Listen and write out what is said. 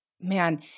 Man